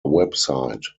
website